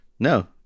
No